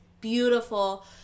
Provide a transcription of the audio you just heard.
beautiful